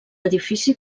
edifici